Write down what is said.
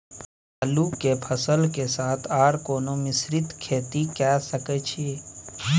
आलू के फसल के साथ आर कोनो मिश्रित खेती के सकैछि?